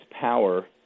power